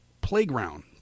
playground